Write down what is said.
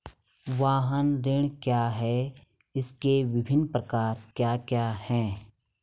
वाहन ऋण क्या है इसके विभिन्न प्रकार क्या क्या हैं?